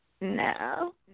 No